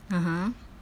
(uh huh)